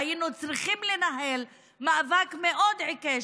והיינו צריכים לנהל מאבק מאוד עיקש,